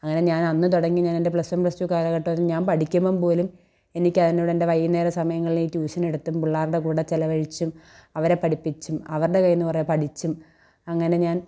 അങ്ങനെ ഞാൻ അന്ന് തുടങ്ങി ഞാൻ എൻ്റെ പ്ലസ് വൺ പ്ലസ് ടു കാലഘട്ടവും ഞാൻ പഠിക്കുമ്പം പോലും എനിക്ക് അന്ന് എൻ്റെ വൈകുന്നേരം സമയങ്ങളിൽ ഞാൻ ട്യൂഷൻ എടുത്തും പിള്ളാരുടെ കൂടെ ചിലവഴിച്ചും അവരെ പഠിപ്പിച്ചും അവരുടെ കൈന്ന് കുറെ പഠിച്ചും അങ്ങനെ ഞാൻ